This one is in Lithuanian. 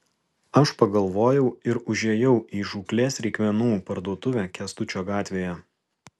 aš pagalvojau ir užėjau į žūklės reikmenų parduotuvę kęstučio gatvėje